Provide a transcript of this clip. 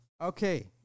Okay